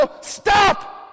stop